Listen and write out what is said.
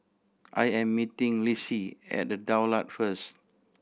I am meeting Lissie at The Daulat first